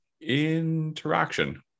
interaction